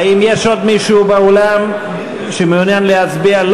האם יש עוד מישהו באולם שמעוניין להצביע?